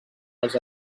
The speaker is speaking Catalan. els